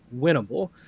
winnable